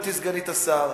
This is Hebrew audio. גברתי סגנית השר,